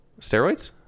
Steroids